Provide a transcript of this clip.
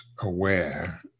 aware